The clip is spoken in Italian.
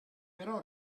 però